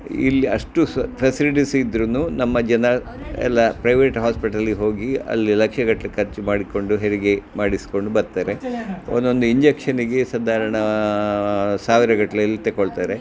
ಇಲ್ಲಿ ಅಷ್ಟು ಸ್ ಫೆಸಿಲಿಟೀಸ್ ಇದ್ದರೂನು ನಮ್ಮ ಜನ ಎಲ್ಲ ಪ್ರೈವೇಟ್ ಹಾಸ್ಪಿಟಲಿಗೆ ಹೋಗಿ ಅಲ್ಲಿ ಲಕ್ಷಗಟ್ಟಲೆ ಖರ್ಚು ಮಾಡಿಕೊಂಡು ಹೆರಿಗೆ ಮಾಡಿಸಿಕೊಂಡು ಬರ್ತಾರೆ ಒಂದೊಂದು ಇಂಜೆಕ್ಷನಿಗೆ ಸಾಧಾರಣ ಸಾವಿರಗಟ್ಟಲೆ ಎಲ್ಲ ತಗೊಳ್ತಾರೆ